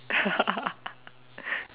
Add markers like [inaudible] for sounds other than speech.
[laughs]